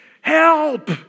Help